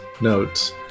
Notes